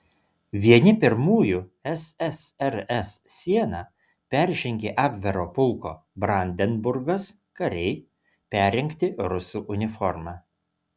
vieni pirmųjų ssrs sieną peržengė abvero pulko brandenburgas kariai perrengti rusų uniforma